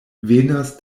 venas